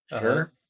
sure